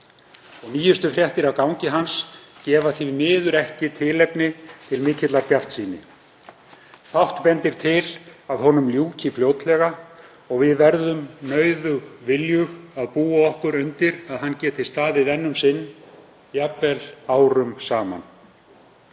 ár. Nýjustu fréttir af gangi hans gefa því miður ekki tilefni til mikillar bjartsýni. Fátt bendir til að honum ljúki fljótlega og við verðum nauðug viljug að búa okkur undir að hann geti staðið enn um sinn, jafnvel árum saman.